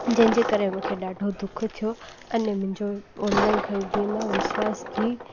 जंहिंजे करे मूंखे ॾाढो दुख थियो अने मुंहिंजो ऑनलाइन ख़रीदी मां विश्वास बि